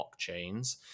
blockchains